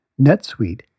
NetSuite